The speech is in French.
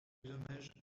hommages